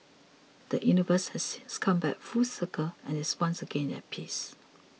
the universe has since come back full circle and is once again at peace